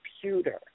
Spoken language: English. computer